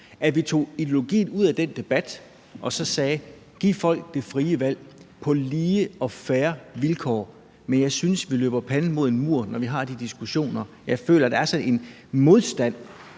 kunne tage ideologien ud af den debat og sige: Giv folk det frie valg på lige og fair vilkår. Men jeg synes, at vi løber panden mod en mur, når vi har de diskussioner. Jeg føler, at der er sådan en modstand